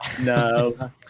No